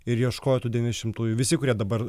ir ieškojo tų devyniasdešimtųjų visi kurie dabar